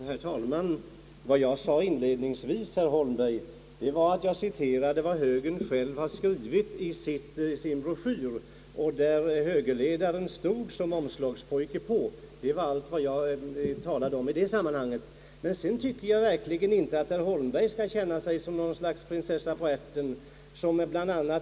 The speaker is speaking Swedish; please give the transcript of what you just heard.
Herr talman! Vad jag inledningsvis sade var ett citat ur en högerbroschyr, där högerledaren stod som omslagspojke. Det var allt vad jag talade om i det sammanhanget. Jag tycker för övrigt inte att herr Holmberg behöver känna sig som någon prinsessa på ärten!